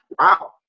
wow